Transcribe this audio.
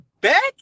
back